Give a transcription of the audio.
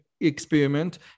experiment